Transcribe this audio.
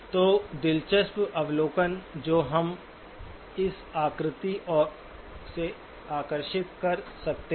तो एक दिलचस्प अवलोकन जो हम इस आकृति से आकर्षित कर सकते हैं